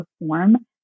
perform